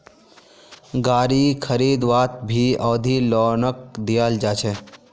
गारी खरीदवात भी अवधि लोनक दियाल जा छे